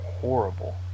horrible